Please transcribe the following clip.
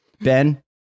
ben